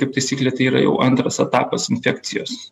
kaip taisyklė tai yra jau antras etapas infekcijos